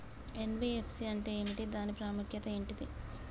NBFC అంటే ఏమిటి దాని ప్రాముఖ్యత ఏంటిది?